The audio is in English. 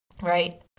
right